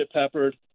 peppered